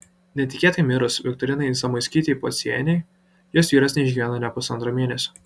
netikėtai mirus viktorinai zamoiskytei pociejienei jos vyras neišgyveno nė pusantro mėnesio